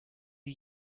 wie